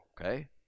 okay